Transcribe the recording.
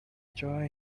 joy